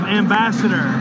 ambassador